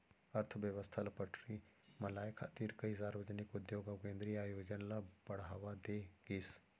अर्थबेवस्था ल पटरी म लाए खातिर कइ सार्वजनिक उद्योग अउ केंद्रीय आयोजन ल बड़हावा दे गिस